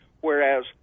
whereas